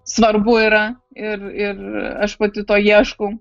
svarbu yra ir ir aš pati to ieškau